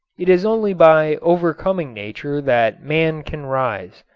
it is only by overcoming nature that man can rise.